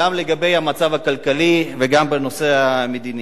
גם לגבי המצב הכלכלי וגם בנושא המדיני.